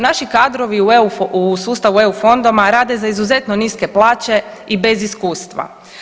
Naši kadrovi u sustavu EU fondova rade za izuzetno niske plaće i bez iskustva.